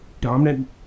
dominant